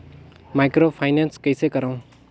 Microfinance कइसे करव?